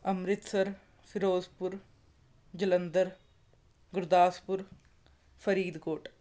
Amritsar Firozpur Jalandhar Gurdaspur Faridkot